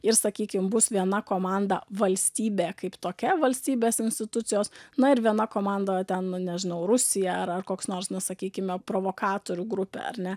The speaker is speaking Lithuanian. ir sakykim bus viena komanda valstybė kaip tokia valstybės institucijos na ir viena komanda o ten nu nežinau rusija ar koks nors na sakykime provokatorių grupė ar ne